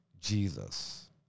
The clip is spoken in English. Jesus